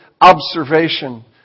observation